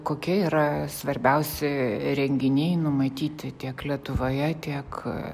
kokie yra svarbiausi renginiai numatyti tiek lietuvoje tiek